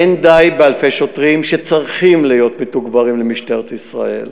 אין די באלפי שוטרים שצריכים להיות מתוגברים למשטרת ישראל.